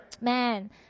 Man